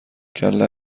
کله